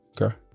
Okay